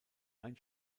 ein